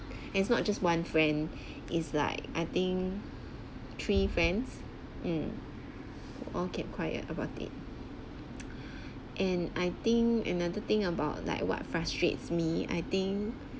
it's not just one friend it's like I think three friends mm all kept quiet about it and I think another thing about like what frustrates me I think